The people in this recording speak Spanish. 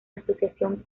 asociación